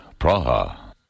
Praha